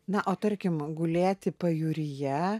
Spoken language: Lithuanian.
na o tarkim gulėti pajūryje